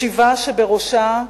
ישיבה שבראשה,